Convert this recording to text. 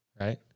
Right